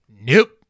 Nope